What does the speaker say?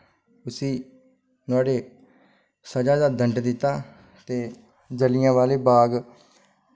उस्सी नोह्ड़ी सजा दा दंड दित्ता ते जलिआ वाले बाग